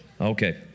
Okay